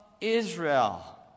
Israel